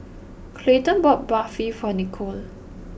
Clayton bought Barfi for Nicolle